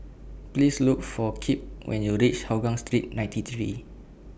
Please Look For Kipp when YOU REACH Hougang Street ninety three